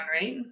right